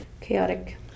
chaotic